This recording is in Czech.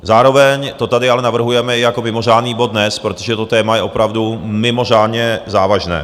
Zároveň to tady ale navrhujeme i jako mimořádný bod dnes, protože to téma je opravdu mimořádně závažné.